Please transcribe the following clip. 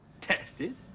Tested